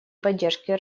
поддержке